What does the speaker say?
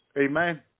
Amen